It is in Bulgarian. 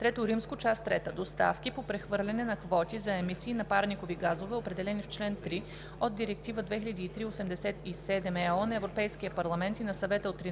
„III. Част трета: Доставки по прехвърляне на квоти за емисии на парникови газове, определени в член 3 от Директива 2003/87/ЕО на Европейския парламент и на Съвета от 13